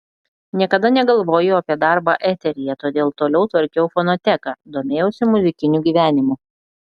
niekada negalvojau apie darbą eteryje todėl toliau tvarkiau fonoteką domėjausi muzikiniu gyvenimu